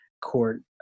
court